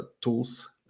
tools